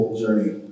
journey